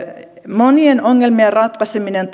monien ongelmien ratkaiseminen